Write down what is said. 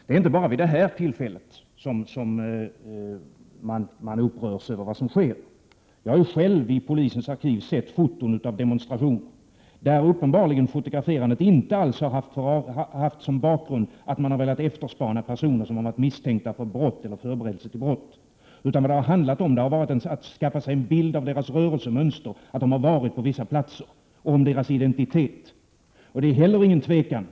Det är inte bara vid detta tillfälle som man upprörs över vad som sker. Jag har själv i polisens arkiv sett fotografier av demonstrationer där fotograferandets bakgrund inte har varit att man har velat efterspana personer som har varit misstänkta för brott eller förberedelse till brott. Det har i stället handlat om att skaffa sig en bild av dessa personers rörelsemönster — att de har varit på vissa platser — och få reda på deras identitet.